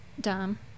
dumb